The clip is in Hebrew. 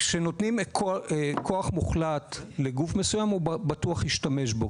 כשנותנים כוח מוחלט לגוף מסוים הוא בטוח ישתמש בו.